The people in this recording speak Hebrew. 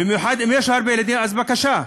במיוחד אם יש הרבה ילדים, אז בבקשה.